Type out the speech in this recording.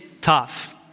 tough